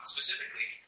Specifically